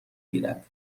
گیرد